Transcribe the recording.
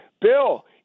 Bill